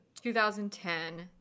2010